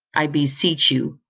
i beseech you,